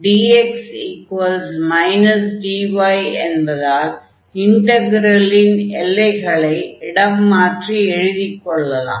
dx dy என்பதால் இன்டக்ரலின் எல்லைகளை இடம் மாற்றி எழுதிக் கொள்ளலாம்